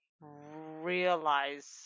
realize